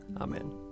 Amen